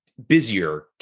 busier